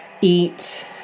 eat